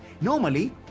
Normally